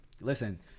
Listen